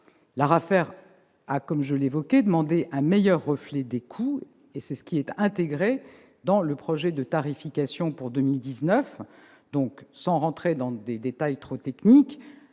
L'ARAFER, comme je l'ai souligné, a souhaité un meilleur reflet des coûts. C'est ce qui est intégré dans le projet de tarification pour 2019, lequel, sans entrer dans des détails trop techniques,